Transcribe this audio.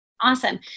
awesome